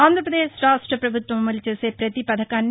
ఆంధ్రప్రదేశ్ రాష్ట ప్రభుత్వం అమలు చేసే ప్రతి పథకాన్ని